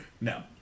No